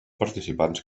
participants